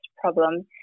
problem